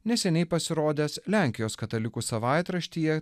neseniai pasirodęs lenkijos katalikų savaitraštyje